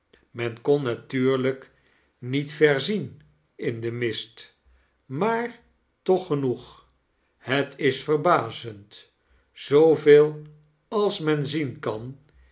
men kon natuurlijk niet ver zien in den mist maar toch genoeg het is verbazend zoo veel als men zien kan